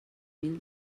mil